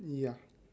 ya